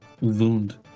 Wound